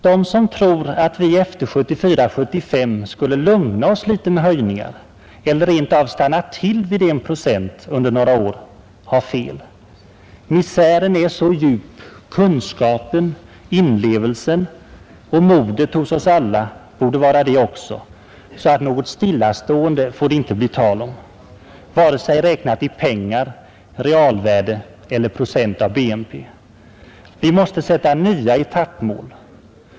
De som tror att vi efter 1974/75 skulle lugna oss litet med höjningar, eller rent av stanna till vid en procent under några år, har fel. Misären är så djup; kunskapen, inlevelsen och modet hos oss alla borde vara det också. Något stillastående får det inte bli tal om, vare sig räknat i pengar, realvärde eller procent av BNP. Vi måste sätta nya etappmål.